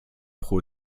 pro